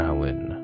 Alan